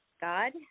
God